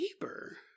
neighbor